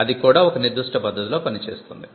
అది కూడా ఒక నిర్దుష్ట పద్ధతిలో పని చేస్తుంది